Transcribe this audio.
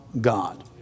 God